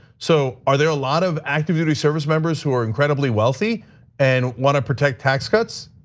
so are there a lot of active duty service members who are incredibly wealthy and want to protect tax cuts?